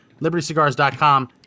LibertyCigars.com